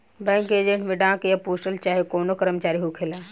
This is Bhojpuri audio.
बैंक के एजेंट में डाक या पोस्टल चाहे कवनो कर्मचारी होखेला